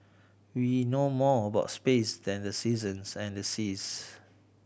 we know more about space than the seasons and seas